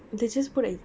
they just put a